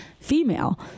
female